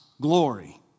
glory